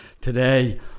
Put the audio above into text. today